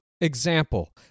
example